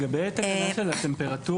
לא סגרנו את התקנה של הטמפרטורה.